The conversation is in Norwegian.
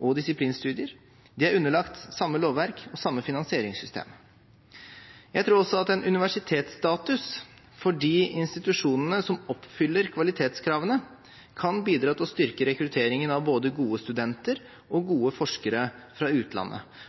og disiplinstudier. De er underlagt samme lovverk og samme finansieringssystem. Jeg tror også at en universitetsstatus for de institusjonene som oppfyller kvalitetskravene, kan bidra til å styrke rekrutteringen av både gode studenter og gode forskere fra utlandet